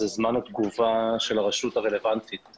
זה זמן התגובה של הרשות הרלוונטית.